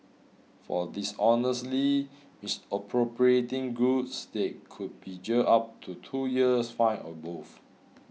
for dishonestly misappropriating goods they could be jailed up to two years fined or both